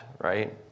right